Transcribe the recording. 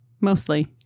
Mostly